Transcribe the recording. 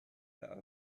that